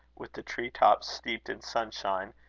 with the tree-tops steeped in sunshine,